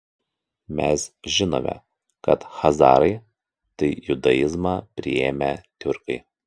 mes žinome kad chazarai tai judaizmą priėmę tiurkai